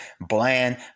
bland